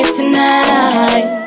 tonight